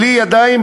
בלי ידיים,